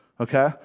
okay